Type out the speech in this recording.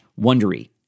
wondery